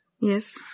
Yes